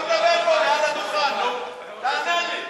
אתה מדבר פה מעל הדוכן, תענה לי.